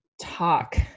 Talk